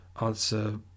answer